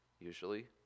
usually